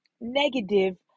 negative